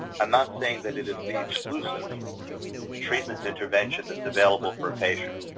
i'm not saying that it is the exclusive treatment intervention that's available for a patient.